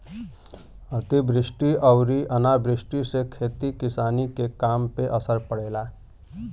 अतिवृष्टि अउरी अनावृष्टि से खेती किसानी के काम पे असर पड़ेला